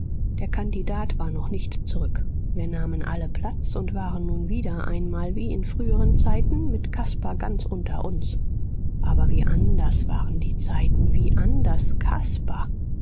der kandidat war noch nicht zurück wir nahmen alle platz und waren nun wieder einmal wie in früheren zeiten mit caspar ganz unter uns aber wie anders waren die zeiten wie anders caspar